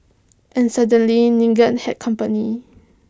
and suddenly Nigel had company